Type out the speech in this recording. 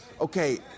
Okay